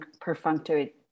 perfunctory